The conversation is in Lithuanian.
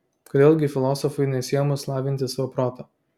kodėl gi filosofui nesiėmus lavinti savo protą